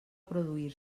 produir